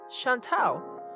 Chantal